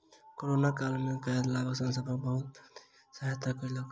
corona काल में गैर लाभ संस्थान बहुत व्यक्ति के सहायता कयलक